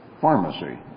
pharmacy